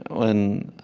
when